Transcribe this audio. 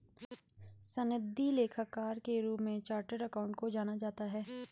सनदी लेखाकार के रूप में चार्टेड अकाउंटेंट को जाना जाता है